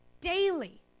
daily